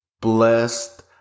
blessed